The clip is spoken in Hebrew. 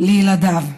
ל"ילדיו".